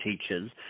teachers